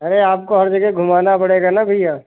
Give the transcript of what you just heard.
अरे आपको हर जगह घुमाना पड़ेगा न भैया